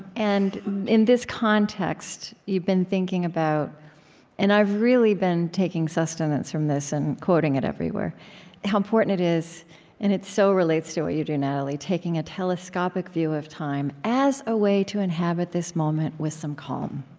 and in this context, you've been thinking about and i've really been taking sustenance from this and quoting it everywhere how important it is and it so relates to what you do, natalie taking a telescopic view of time as a way to inhabit this moment with some calm